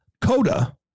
Coda